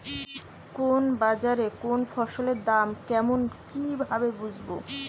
কোন বাজারে কোন ফসলের দাম কেমন কি ভাবে বুঝব?